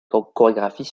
chorégraphies